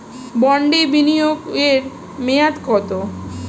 বন্ডে বিনিয়োগ এর মেয়াদ কত?